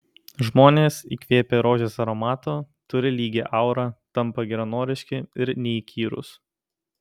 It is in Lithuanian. žmonės įkvėpę rožės aromato turi lygią aurą tampa geranoriški ir neįkyrūs